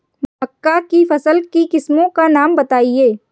मक्का की फसल की किस्मों का नाम बताइये